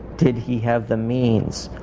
did he have the means,